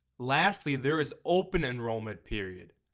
lastly there is open enrollment period.